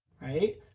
right